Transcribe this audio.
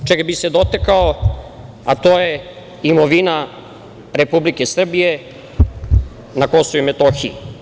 Ono čega bih se dotakao, to je imovina Republike Srbije na Kosovu i Metohiji.